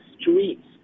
streets